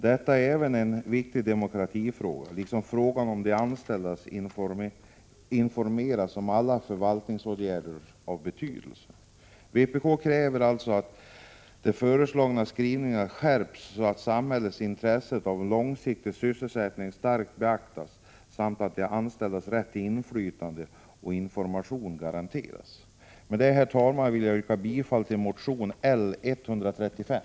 Detta är även en viktig demokratifråga, liksom frågan om att de anställda informeras om alla förvaltningsåtgärder av betydelse. Vpk kräver alltså att de föreslagna skrivningarna skärps, så att samhällets intresse av en långsiktig sysselsättning starkare beaktas, samt att de anställdas rätt till inflytande och information garanteras. Med detta, herr talman, yrkar jag bifall till motion L135.